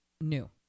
new